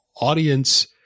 audience